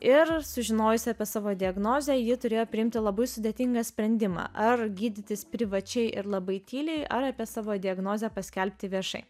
ir sužinojusi apie savo diagnozę ji turėjo priimti labai sudėtingą sprendimą ar gydytis privačiai ir labai tyliai ar apie savo diagnozę paskelbti viešai